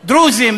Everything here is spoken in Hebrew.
דרוזים,